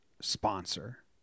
sponsor